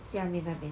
下面那边